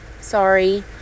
sorry